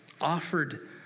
offered